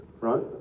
right